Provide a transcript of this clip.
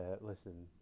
Listen